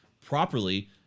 properly